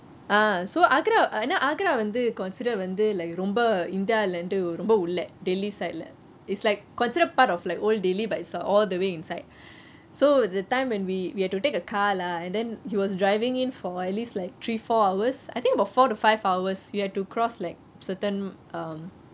ah so Agra ஏனா ஆகரா வந்து:agra yenaa agra vanthu considered வந்து:vanthu like ரொம்ப இந்தியாலேர்ந்து ரொம்ப உள்ளே:rombe indialernthu rombe ulleh delhi side is like considered part of like old delhi but it's err all the way inside so that time when we we had to take a car lah and then he was driving in for at least like three four hours I think about four to five hours you have to cross like certain um